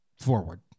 forward